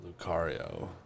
Lucario